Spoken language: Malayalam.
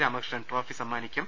രാമകൃഷ്ണൻ ട്രോഫി സമ്മാനിക്കും